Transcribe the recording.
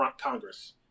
Congress